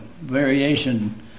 variation